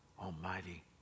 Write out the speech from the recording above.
Almighty